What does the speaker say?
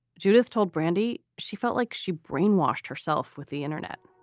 judith told brandee she felt like she brainwashed herself with the internet